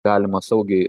galima saugiai